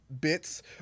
bits